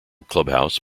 clubhouse